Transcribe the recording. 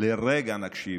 לרגע נקשיב,